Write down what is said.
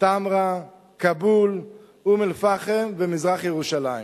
תמרה, כאבול, אום-אל-פחם ומזרח-ירושלים.